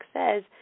says